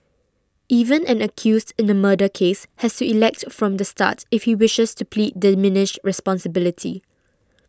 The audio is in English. even an accused in a murder case has to elect from the start if he wishes to plead diminished responsibility